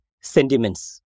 sentiments